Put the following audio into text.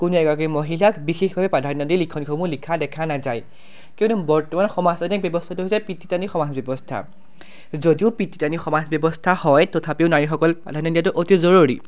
কোনো এগৰাকী মহিলাক বিশেষভাৱে প্ৰাধান্য দি লিখনিসমূহ লিখা দেখা নাযায় কিয়নো বৰ্তমান সমাজতান্ত্ৰিক ব্যৱস্থাটো হৈছে পিতৃতান্ত্ৰিক সমাজ ব্যৱস্থা যদিও পিতৃতান্ত্ৰিক সমাজ ব্যৱস্থা হয় তথাপিও নাৰীসকলক প্ৰাধান্য দিয়াটো অতি জৰুৰী